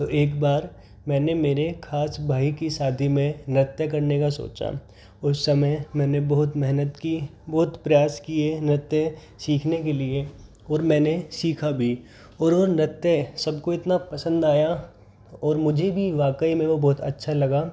तो एक बार मैंने मेरे ख़ास भाई की शादी में नृत्य करने का सोचा उस समय मैंने बहुत मेहनत की बहुत प्रयास किए नृत्य सीखने के लिए और मैंने सीखा भी और वो नृत्य सबको इतना पसंद आया और मुझे भी वो वाकई में वह बहुत अच्छा लगा